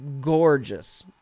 gorgeous